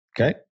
Okay